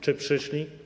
Czy przyszli?